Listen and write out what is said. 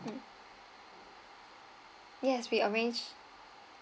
mm yes we arrange